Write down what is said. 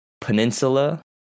peninsula